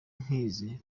nkizi